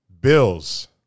Bills